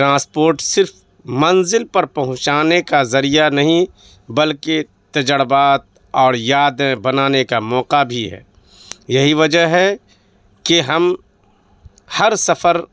transport صرف منزل پر پہنچانے کا ذریعہ نہیں بلکہ تجربات اور یادیں بنانے کا موقع بھی ہے یہی وجہ ہے کہ ہم ہر سفر